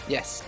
Yes